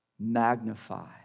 magnify